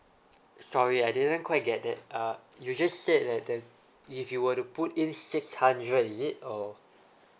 sorry I didn't quite get that uh you just said that the if you were to put in six hundred is it or